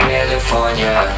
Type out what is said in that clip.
California